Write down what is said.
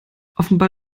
offenbar